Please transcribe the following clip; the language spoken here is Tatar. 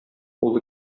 улы